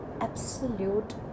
absolute